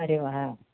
अरे वाह